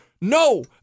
No